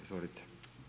Izvolite.